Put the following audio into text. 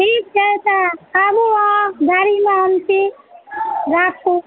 ठीक छै आबु अहाँ गाड़ीमे हम छी राखू